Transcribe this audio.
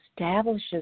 establishes